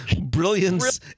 brilliance